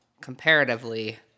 comparatively